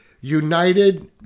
United